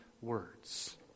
words